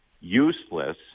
useless